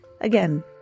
again